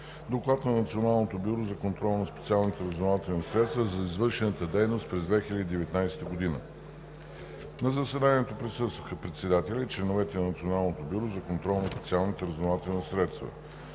Доклад на Националното бюро за контрол на специалните разузнавателни средства за извършената дейност през 2019 г. На заседанието присъстваха: председателят и членовете на Националното бюро за контрол на специалните разузнавателни средства,